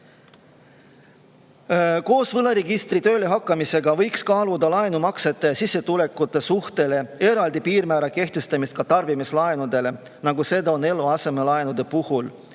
Koos võlaregistri tööle hakkamisega võiks kaaluda laenumaksete ja sissetulekute suhtele eraldi piirmäära kehtestamist ka tarbimislaenude puhul, nagu on eluasemelaenude puhul,